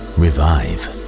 revive